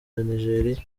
nijeriya